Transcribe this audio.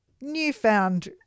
newfound